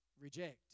Reject